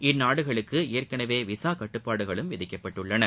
இந்நாடுகளுக்கு ஏற்கனவே விசா கட்டுப்பாடுகளும் விதிக்கப்பட்டுள்ளன